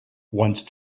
once